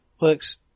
works